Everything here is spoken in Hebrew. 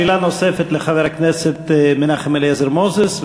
שאלה נוספת לחבר הכנסת מנחם אליעזר מוזס,